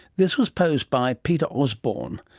this was posed by peter osborne,